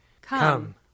Come